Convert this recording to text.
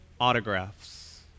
autographs